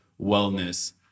wellness